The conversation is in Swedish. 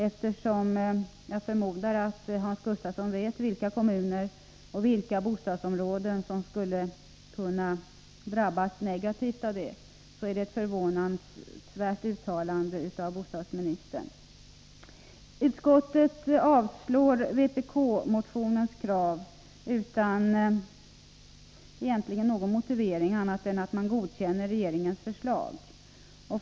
Eftersom jag förmodar att Hans Gustafsson vet vilka kommuner och bostadsområden som skulle kunna drabbas negativt av detta, är det ett förvånansvärt uttalande av bostadsministern. Utskottets majoritet avstyrker vpk-motionens krav utan någon annan motivering än att man godkänner regeringens förslag.